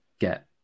get